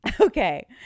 Okay